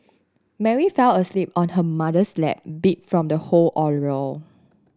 Mary fell asleep on her mother's lap beat from the whole ordeal